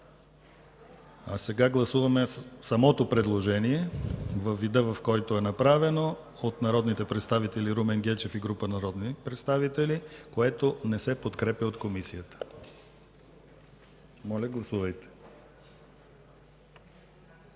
Сега гласуваме самото предложение във вида, в който е направено от народния представител Румен Гечев и група народни представители, което не се подкрепя от Комисията. Гласували